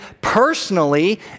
personally